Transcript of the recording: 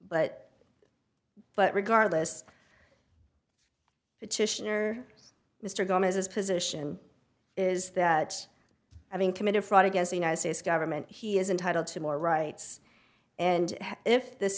but but regardless mr gomez's position is that i mean committed fraud against the united states government he is entitled to more rights and if this